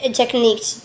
techniques